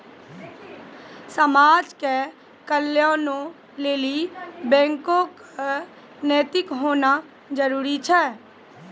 समाज के कल्याणों लेली बैको क नैतिक होना जरुरी छै